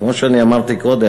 וכמו שאני אמרתי קודם,